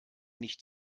nicht